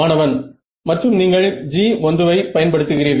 மாணவன் மற்றும் நீங்கள் G1 ஐ பயன்படுத்துகிறீர்கள்